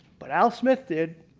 but al smith did.